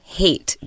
hate